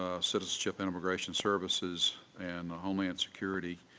ah citizenship and immigration services and the homeland security